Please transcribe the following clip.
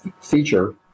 feature